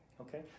Okay